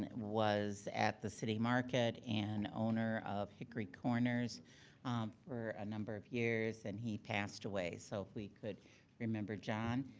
and was at the city market, and owner of hickory corners for a number of years. and he passed away. so if we could remember john.